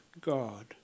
God